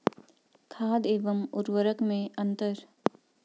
खाद एवं उर्वरक में अंतर?